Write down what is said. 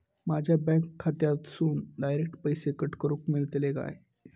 माझ्या बँक खात्यासून डायरेक्ट पैसे कट करूक मेलतले काय?